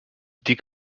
die